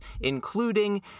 including